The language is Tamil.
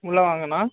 உள்ளே வாங்கண்ணா